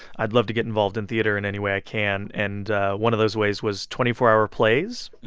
i'd love to get involved in theater in any way i can. and one of those ways was twenty four hour plays,